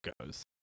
goes